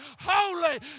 holy